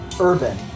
urban